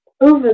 over